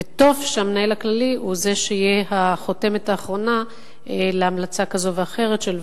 וטוב שהמנהל הכללי הוא שיהיה החותמת האחרונה של ועדה,